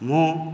ମୁଁ